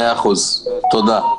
תודה.